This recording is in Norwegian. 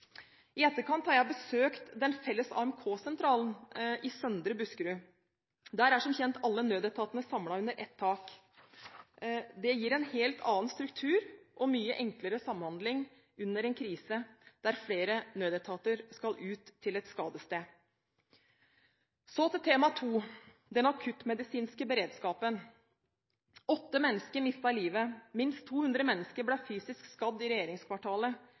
I etterkant har jeg besøkt den felles AMK-sentralen i Søndre Buskerud. Der er som kjent alle nødetatene samlet under ett tak. Det gir en helt annen struktur, og mye enklere samhandling under en krise, der flere nødetater skal ut til et skadested. Så til tema nr. to, den akuttmedisinske beredskapen. Åtte mennesker mistet livet. Minst 200 mennesker ble fysisk skadd i regjeringskvartalet.